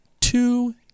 two